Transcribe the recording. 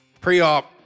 pre-op